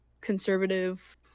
conservative